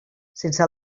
sense